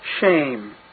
shame